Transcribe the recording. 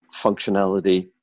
functionality